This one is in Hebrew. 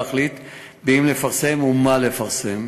להחליט אם לפרסם ומה לפרסם.